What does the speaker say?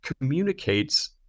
communicates